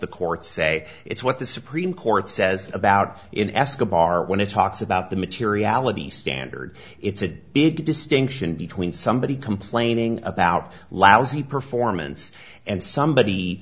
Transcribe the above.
the courts say it's what the supreme court says about in escobar when it talks about the materiality standard it's a big distinction between somebody complaining about lousy performance and somebody